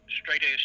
straight-A